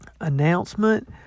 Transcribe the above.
announcement